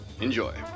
Enjoy